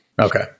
Okay